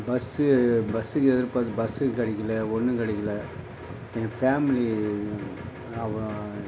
bus பஸ்ஸுக்கு எதிர்பார்த்து bus கிடைக்கல ஒன்றும் கிடைக்கல எங்கள் ஃபேமிலி அப்புறம்